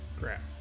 crap